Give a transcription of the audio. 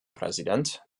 präsident